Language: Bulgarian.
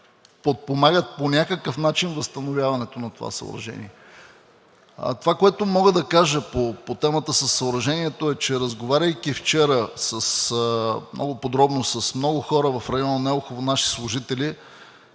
подпомагат по някакъв начин възстановяването на това съоръжение. Това, което мога да кажа по темата със съоръжението, е, че разговаряйки вчера много подробно с много хора в района на Елхово – наши служители,